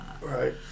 Right